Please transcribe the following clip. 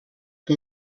que